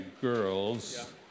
Girls